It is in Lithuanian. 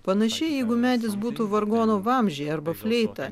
panašiai jeigu medis būtų vargonų vamzdžiai arba fleita